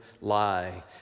lie